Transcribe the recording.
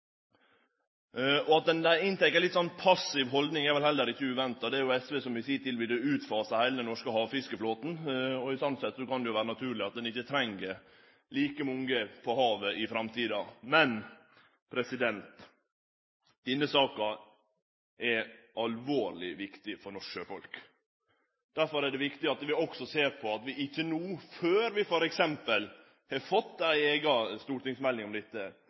At ein då har ei litt sånn passiv haldning, er vel heller ikkje uventa. Det er jo SV som i si tid ville utfase heile den norske havfiskeflåten, og sånn sett kan det jo vere naturleg at ein ikkje treng like mange på havet i framtida. Men denne saka er alvorleg viktig for norske sjøfolk. Derfor er det viktig at vi ikkje no, før vi f.eks. har fått ei eiga stortingsmelding om dette,